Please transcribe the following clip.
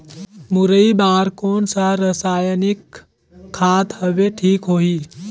मुरई बार कोन सा रसायनिक खाद हवे ठीक होही?